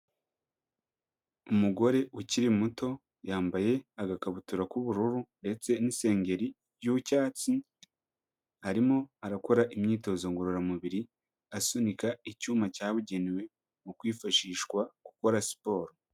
Umugore ukiri muto, yambaye agakabutura k'ubururu ndetse n'isengeri y'icyatsi, arimo arakora imyitozo ngororamubiri asunika icyuma cyabugenewe mu kwifashishwa gukora siporo.